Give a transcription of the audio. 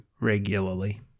regularly